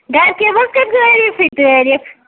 گَرِکیٚو حظ کٔر تٲریٖفٕے تٲریٖف